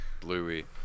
Bluey